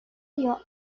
dio